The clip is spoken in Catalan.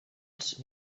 els